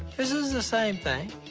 this is the same thing.